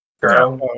girl